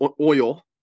oil